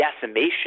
decimation